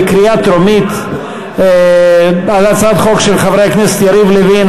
בקריאה טרומית על הצעת חוק של חברי הכנסת יריב לוין,